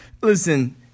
Listen